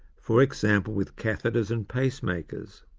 for example with catheters and pacemakers.